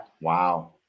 Wow